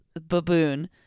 Baboon